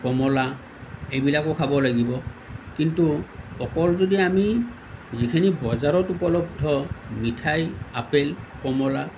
কমলা এইবিলাকো খাব লাগিব কিন্তু অকল যদি আমি যিখিনি বজাৰত উপলব্ধ মিঠাই আপেল কমলা